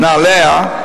נהליה,